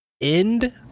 end